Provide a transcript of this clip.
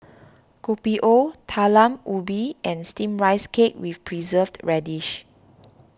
Kopi O Talam Ubi and Steamed Rice Cake with Preserved Radish